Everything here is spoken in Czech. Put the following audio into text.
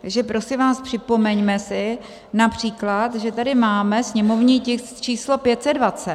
Takže prosím vás, připomeňme si například, že tady máme sněmovní tisk číslo 520.